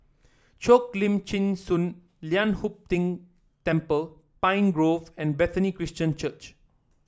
Cheo Lim Chin Sun Lian Hup Keng Temple Pine Grove and Bethany Christian Church